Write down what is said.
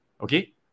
okay